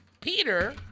Peter